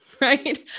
right